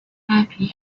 happy